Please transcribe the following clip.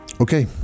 Okay